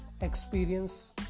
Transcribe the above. experience